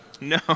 No